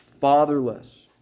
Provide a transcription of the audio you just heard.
fatherless